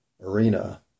arena